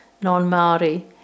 non-Māori